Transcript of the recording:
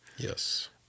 Yes